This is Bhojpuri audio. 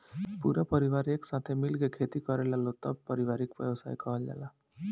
पूरा परिवार एक साथे मिल के खेती करेलालो तब पारिवारिक व्यवसाय कहल जाला